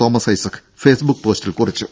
Thomas Isaac Facebook പോസ്റ്റിൽ കുറിച്ചു